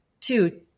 two